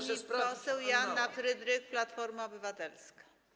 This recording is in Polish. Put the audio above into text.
Pani poseł Joanna Frydrych, Platforma Obywatelska.